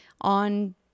on